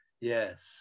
Yes